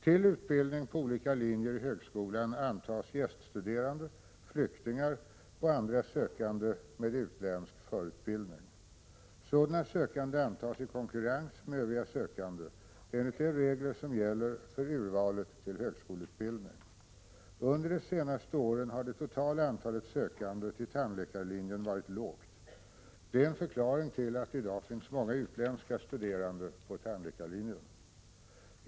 Till utbildning på olika linjer i högskolan antas gäststuderande, flyktingar och andra sökande med utländsk förutbildning. Sådana sökande antas i konkurrens med övriga sökande enligt de regler som gäller för urvalet till högskoleutbildning. Under de senaste åren har det totala antalet sökande till tandläkarlinjen varit lågt. Det är en förklaring till att det i dag finns många utländska studerande på tandläkarlinjen.